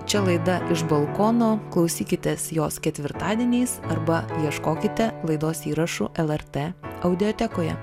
čia laida iš balkono klausykitės jos ketvirtadieniais arba ieškokite laidos įrašų lrt audiotekoje